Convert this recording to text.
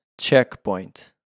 checkpoint